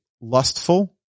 lustful